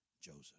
Joseph